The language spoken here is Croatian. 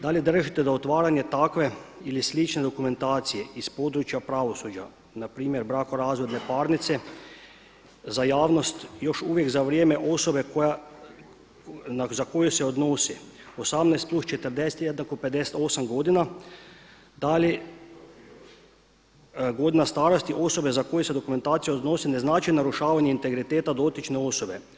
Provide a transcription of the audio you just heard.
Da li držite da otvaranje takve ili sl. dokumentacije iz područja pravosuđa, npr. brakorazvodne parnice za javnost još uvijek za vrijeme osobe, za koju se odnosi 18+40=58 godina da li godina starosti osobe za koju se dokumentacija odnosi ne znači narušavanje integriteta dotične osobe?